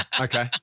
okay